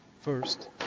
First